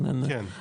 כן, כן.